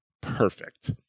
perfect